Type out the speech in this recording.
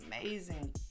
amazing